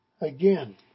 again